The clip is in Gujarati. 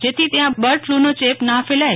જેથી ત્યાં બર્ડ ફલુનો ચેપ ના ફેલાય